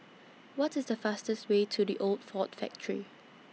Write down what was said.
What IS The fastest Way to The Old Ford Factory